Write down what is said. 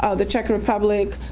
ah the czech republic,